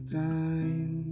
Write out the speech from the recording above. time